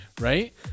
right